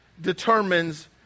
determines